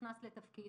שנכנס לתפקיד,